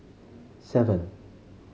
seven